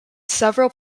several